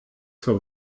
zur